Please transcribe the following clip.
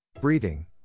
Breathing